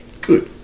Good